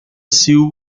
sew